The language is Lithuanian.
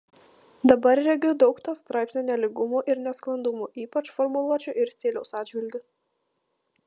dabar regiu daug to straipsnio nelygumų ir nesklandumų ypač formuluočių ir stiliaus atžvilgiu